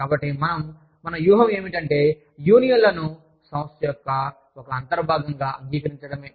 కాబట్టి మనం మన వ్యూహం ఏమిటంటే యూనియన్లను సంస్థ యొక్క ఒకఅంతర్భాగం గా అంగీకరించడమే